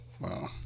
Wow